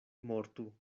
mortu